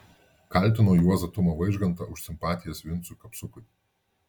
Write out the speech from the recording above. kaltino juozą tumą vaižgantą už simpatijas vincui kapsukui